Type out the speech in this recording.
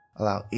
allow